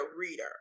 reader